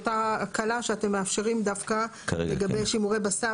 אותה הקלה שאתם מאפשרים דווקא לגבי שימורי בשר